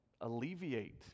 alleviate